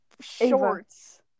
shorts